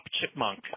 chipmunk